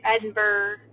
Edinburgh